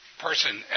Person